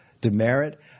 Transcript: Demerit